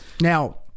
Now